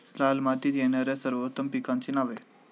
लाल मातीत येणाऱ्या सर्वोत्तम पिकांची नावे?